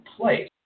place